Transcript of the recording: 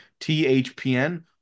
THPN